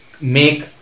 make